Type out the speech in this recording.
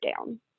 down